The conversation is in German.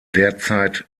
derzeit